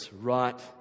right